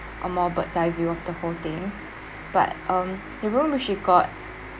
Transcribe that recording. a more bird's eye view of the whole thing but um the room which we got